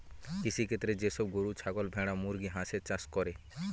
কৃষিক্ষেত্রে যে সব গরু, ছাগল, ভেড়া, মুরগি, হাঁসের চাষ করে